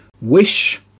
Wish